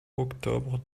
octobre